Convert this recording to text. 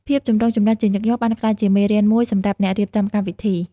ភាពចម្រូងចម្រាសជាញឹកញាប់បានក្លាយជាមេរៀនមួយសម្រាប់អ្នករៀបចំកម្មវិធី។